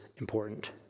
important